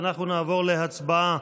נעבור להצבעה.